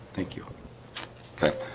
thank you okay,